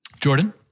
Jordan